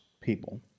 people